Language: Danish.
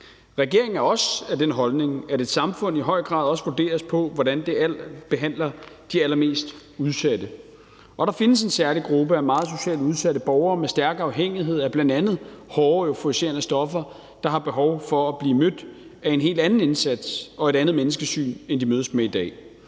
Regeringen er også af den holdning, at et samfund i høj grad også vurderes på, hvordan det behandler de allermest udsatte. Og der findes en særlig gruppe af meget socialt udsatte borgere med stærk afhængighed af bl.a. hårde euforiserende stoffer, der har behov for at blive mødt af en helt anden indsats og et andet menneskesyn, end de mødes med i dag.